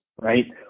right